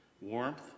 warmth